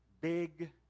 Big